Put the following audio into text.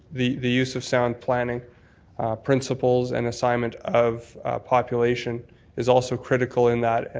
the the use of sound planning principles and assignment of population is also critical in that, and